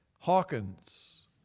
Hawkins